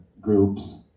groups